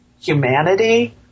humanity